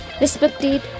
respected